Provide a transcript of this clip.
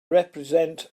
represent